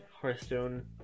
Hearthstone